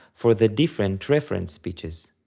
for the different reference pitches.